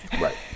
Right